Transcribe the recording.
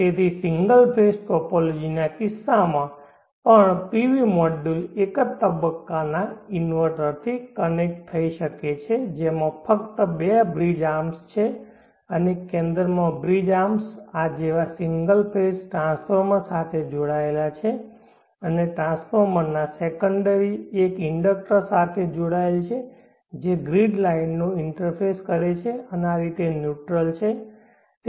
તેથી single phase ટોપોલોજીના કિસ્સામાં પણ PV મોડ્યુલ એક જ તબક્કાના ઇન્વર્ટરથી કનેક્ટ થઈ શકે છે જેમાં ફક્ત બે બ્રિજ આર્મ્સ છે અને કેન્દ્રમાં બ્રિજ આર્મ્સ આ જેવા સિંગલ ફેઝ ટ્રાન્સફોર્મર સાથે જોડાયેલા છે અને ટ્રાન્સફોર્મરના સેકન્ડરી એક ઇન્ડક્ટર સાથે જોડાયેલ છે જે ગ્રીડ લાઇનનો ઇન્ટરફેસ કરે છે અને આ રીતે ન્યુટ્રલ છે